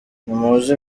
ntimuzi